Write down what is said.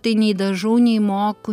tai nei dažau nei moku